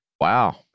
Wow